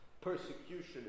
persecution